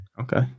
Okay